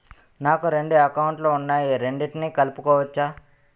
నాకు రెండు అకౌంట్ లు ఉన్నాయి రెండిటినీ కలుపుకోవచ్చా?